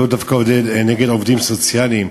לא דווקא נגד עובדים סוציאליים.